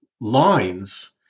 lines